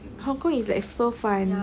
hong kong is like so fun